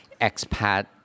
expat